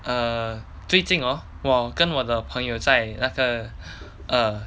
err 最近 orh 我跟我的朋友在那个 err